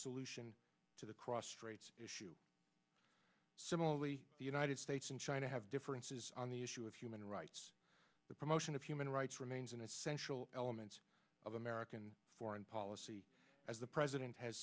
solution to the cross straits issue similarly the united states and china have differences on the issue of human rights the promotion of human rights remains an essential element of american foreign policy as the president has